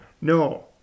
No